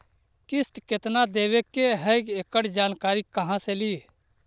किस्त केत्ना देबे के है एकड़ जानकारी कहा से ली?